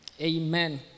Amen